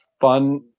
fun